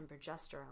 progesterone